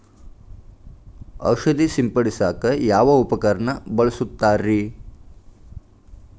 ಔಷಧಿ ಸಿಂಪಡಿಸಕ ಯಾವ ಉಪಕರಣ ಬಳಸುತ್ತಾರಿ?